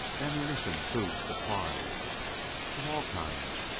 ammunition, food, supplies of all kinds,